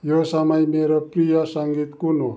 यो समय मेरो प्रिय सङ्गीत कुन हो